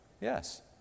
Yes